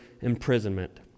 imprisonment